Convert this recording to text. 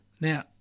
Now